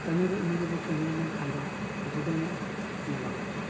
ᱠᱟᱹᱢᱤ ᱫᱚ ᱤᱱᱟᱹ ᱜᱮᱵᱚᱱ ᱠᱟᱹᱢᱤᱭᱟ ᱢᱮᱱᱠᱷᱟᱱ ᱫᱚ ᱡᱩᱫᱟᱹ ᱧᱚᱜᱼᱜᱮ ᱧᱮᱞᱚᱜᱚᱜ ᱠᱟᱱᱟ